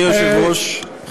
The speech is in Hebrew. אני מתכבד להזמין את יושב-ראש ועדת